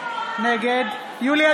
נגד במדינה